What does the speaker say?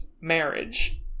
Marriage